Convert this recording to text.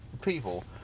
people